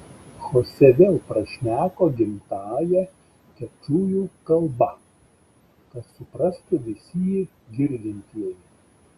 chosė vėl prašneko gimtąja kečujų kalba kad suprastų visi jį girdintieji